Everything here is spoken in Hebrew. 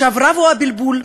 רב הוא הבלבול.